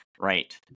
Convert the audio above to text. Right